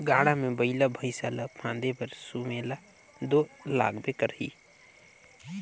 गाड़ा मे बइला भइसा ल फादे बर सुमेला दो लागबे करही